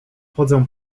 chodzę